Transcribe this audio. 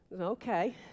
Okay